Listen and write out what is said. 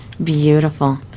Beautiful